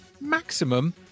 maximum